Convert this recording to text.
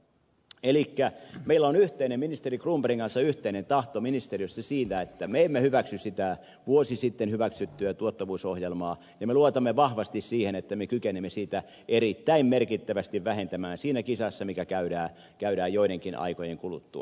elikkä meillä on ministeri cronbergin kanssa yhteinen tahto ministeriössä siitä että me emme hyväksy sitä vuosi sitten hyväksyttyä tuottavuusohjelmaa ja me luotamme vahvasti siihen että me kykenemme siitä erittäin merkittävästi vähentämään siinä kisassa mikä käydään joidenkin aikojen kuluttua